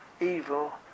evil